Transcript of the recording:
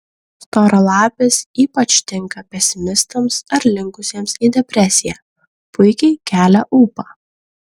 storalapis ypač tinka pesimistams ar linkusiems į depresiją puikiai kelia ūpą